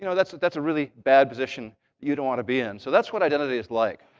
you know that's that's a really bad position you don't want to be in. so that's what identity is like.